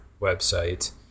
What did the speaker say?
website